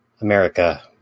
America